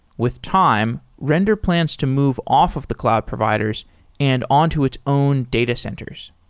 with time, render plans to move off of the cloud providers and on to its own data centers.